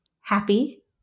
happy